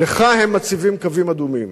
לך הם מציבים קווים אדומים.